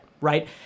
right